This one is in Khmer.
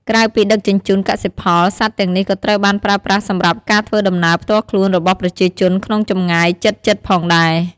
ក្រៅពីដឹកជញ្ជូនកសិផល សត្វទាំងនេះក៏ត្រូវបានប្រើប្រាស់សម្រាប់ការធ្វើដំណើរផ្ទាល់ខ្លួនរបស់ប្រជាជនក្នុងចម្ងាយជិតៗផងដែរ។